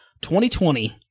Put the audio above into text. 2020